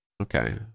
Okay